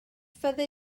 fyddi